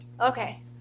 Okay